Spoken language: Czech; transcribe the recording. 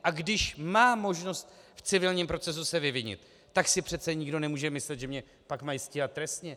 A když mám možnost v civilním procesu se vyvinit, tak si přece nikdo nemůže myslet, že mě pak mají stíhat trestně.